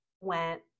went